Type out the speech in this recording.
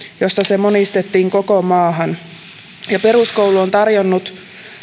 josta se monistettiin koko maahan peruskoulu on tarjonnut